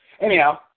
anyhow